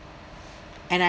and I